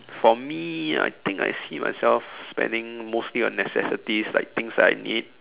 for me I think I see myself spending mostly on necessities like things I need